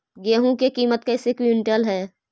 गेहू के किमत कैसे क्विंटल है?